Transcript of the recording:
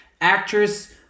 Actress –